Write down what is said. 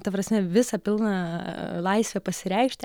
ta prasme visą pilną laisvę pasireikšti